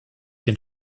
den